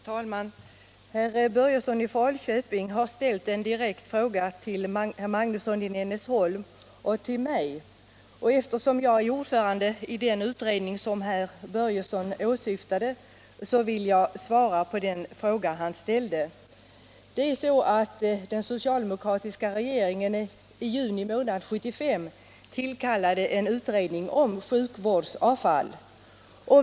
Herr talman! Herr Börjesson i Falköping har ställt en direkt fråga till herr Magnusson i Nennesholm och mig. Eftersom jag är ordförande i den utredning som herr Börjesson åsyftade vill jag svara på hans fråga. Miljövårdspoliti Miljövårdspoliti utredning om sjukvårdsavfall.